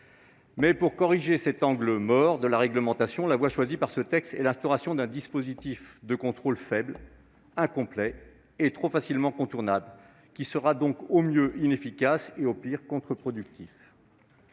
pour corriger cet angle mort de la réglementation, la voie choisie dans ce texte est l'instauration d'un dispositif de contrôle faible, incomplet et trop facilement contournable, qui sera donc au mieux inefficace, au pire contre-productif.